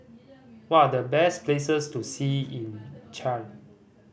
what are the best places to see in Chad